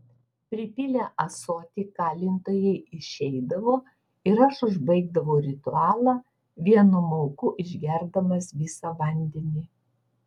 pripylę ąsotį kalintojai išeidavo ir aš užbaigdavau ritualą vienu mauku išgerdamas visą vandenį